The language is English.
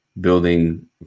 building